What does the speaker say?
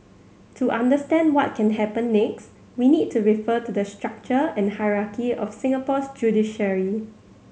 to understand what can happen next we need to refer to the structure and hierarchy of Singapore's judiciary